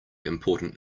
important